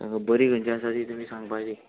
बरी खंयची आसा ती तुमी सांगपाची